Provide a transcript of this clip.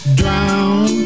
drown